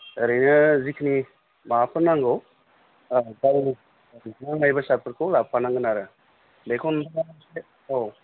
ओरैनो जिखिनो माबाफोर नांगौ ओह गारिनि नांनाय बेसादफोरखौ लाबोफानांगोन आरो बेखौ नोंथाङा इसे औ